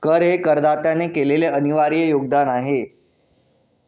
कर हे करदात्याने केलेले अनिर्वाय योगदान आहे